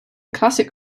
classic